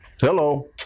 hello